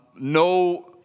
No